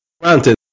granted